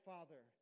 Father